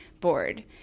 board